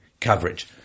coverage